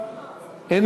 29 בעד, אין